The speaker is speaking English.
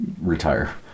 retire